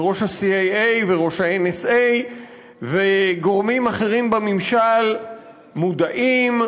וראש ה-CIA וראש ה-NSA וגורמים אחרים בממשל מודעים,